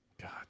God